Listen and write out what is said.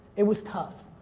it was tough.